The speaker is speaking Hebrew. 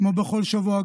כמו בכל שבוע,